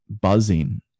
buzzing